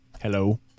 Hello